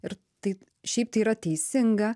ir tai šiaip tai yra teisinga